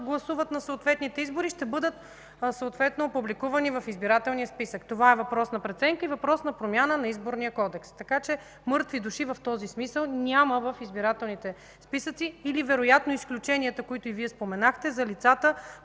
гласуват на съответните избори, ще бъдат съответно публикувани в избирателния списък. Това е въпрос на преценка и въпрос на промяна на Изборния кодекс. Така че „мъртви души” в този смисъл няма в избирателните списъци или вероятно изключенията, които и Вие споменахте, за лицата,